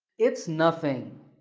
it's nothing.